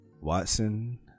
Watson